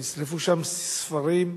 נשרפו שם ספרים,